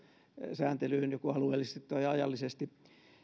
sääntelyyn joko alueellisesti tai ajallisesti